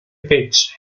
pitched